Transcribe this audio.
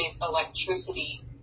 electricity